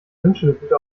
wünschelrute